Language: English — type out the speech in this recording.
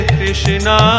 Krishna